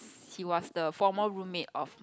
he was the former roommate of